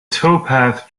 towpath